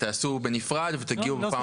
תעשו בנפרד ותגיעו בפעם הבאה.